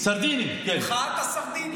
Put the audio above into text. מחאת הסרדינים.